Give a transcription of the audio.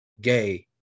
gay